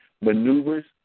maneuvers